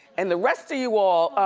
and the rest of you all.